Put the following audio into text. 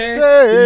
say